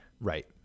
Right